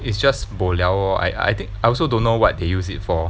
it's just bo liao lor I I think I also don't know what they use it for